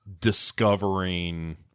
discovering